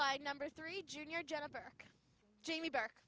by number three junior jennifer jamie burk